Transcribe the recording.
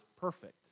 perfect